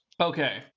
Okay